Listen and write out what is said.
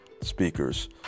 speakers